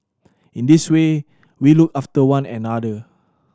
in this way we look after one another